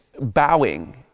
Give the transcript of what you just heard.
bowing